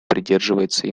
придерживается